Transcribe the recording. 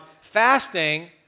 fasting